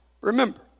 remember